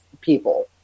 people